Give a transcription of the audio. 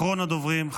אחרון הדוברים,